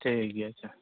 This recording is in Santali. ᱴᱷᱤᱠ ᱜᱮᱭᱟ ᱟᱪᱪᱷᱟ